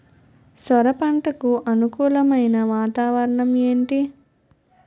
సొర పంటకు అనుకూలమైన వాతావరణం ఏంటి?